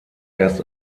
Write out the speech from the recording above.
erst